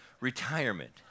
retirement